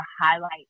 highlight